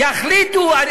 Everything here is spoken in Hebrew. לאן,